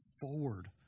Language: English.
forward